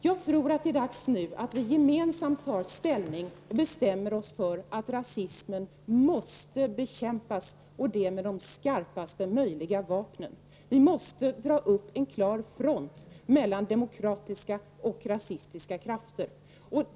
Jag tror att det är dags nu att vi gemensamt tar ställning och bestämmer oss för att rasismen måste bekämpas och det med de skarpast möjliga vapnen. Vi måste dra upp en klar front mellan demokratiska och rasistiska krafter.